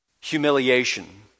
humiliation